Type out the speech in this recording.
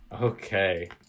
Okay